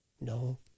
No